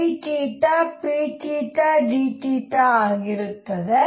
p pdθ ಆಗಿರುತ್ತದೆ